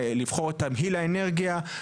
לבחור את תמהיל האנרגיה,